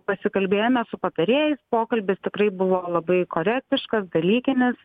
pasikalbėjome su patarėjais pokalbis tikrai buvo labai korektiškas dalykinis